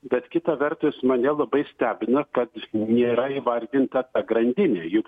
bet kita vertus mane labai stebina kad nėra įvardinta ta grandinė juk